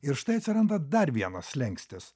ir štai atsiranda dar vienas slenkstis